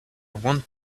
want